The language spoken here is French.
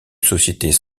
sociétés